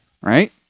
right